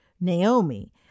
Naomi